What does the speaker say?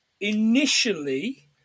Initially